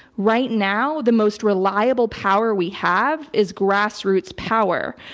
right now, the most reliable power we have is grassroots power.